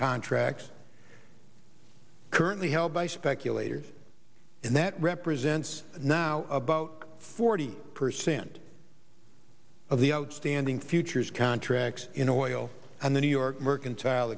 contracts currently held by speculators in that represents now about forty percent of the outstanding futures contracts in the oil and the new york mercantile